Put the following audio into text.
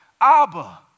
Abba